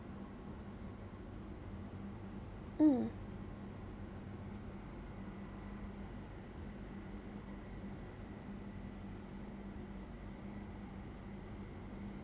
mm